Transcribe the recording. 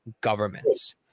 governments